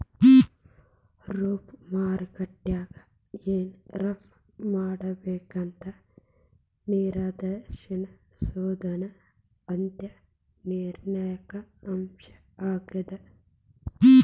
ರಫ್ತು ಮಾರುಕಟ್ಯಾಗ ಏನ್ ರಫ್ತ್ ಮಾಡ್ಬೇಕಂತ ನಿರ್ಧರಿಸೋದ್ ಅತ್ಯಂತ ನಿರ್ಣಾಯಕ ಅಂಶ ಆಗೇದ